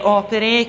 opere